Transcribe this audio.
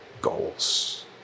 goals